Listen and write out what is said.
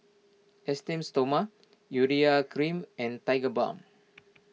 Esteem Stoma Urea Cream and Tigerbalm